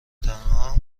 تنها